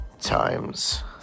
times